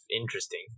interesting